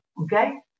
okay